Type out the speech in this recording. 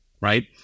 right